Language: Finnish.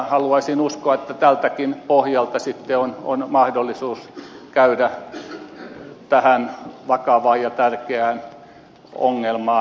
haluaisin uskoa että tältäkin pohjalta sitten on mahdollisuus käydä tähän vakavaan ja tärkeään ongelmaan kiinni